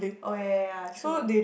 oh ya ya ya true